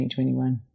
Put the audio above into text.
2021